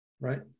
right